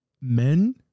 men